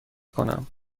کنم